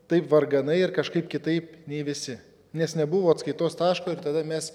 taip varganai ir kažkaip kitaip nei visi nes nebuvo atskaitos taško ir tada mes